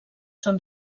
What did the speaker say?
són